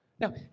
Now